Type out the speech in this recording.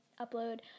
upload